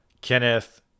Kenneth